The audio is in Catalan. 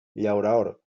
llaurador